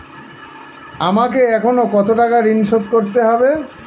আমাকে এখনো কত টাকা ঋণ শোধ করতে হবে?